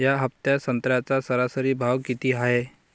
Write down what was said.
या हफ्त्यात संत्र्याचा सरासरी भाव किती हाये?